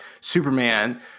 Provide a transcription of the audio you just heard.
Superman